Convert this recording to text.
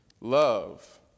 love